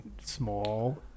small